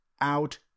out